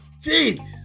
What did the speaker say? Jeez